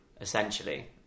Essentially